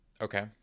Okay